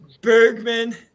Bergman